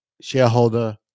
shareholder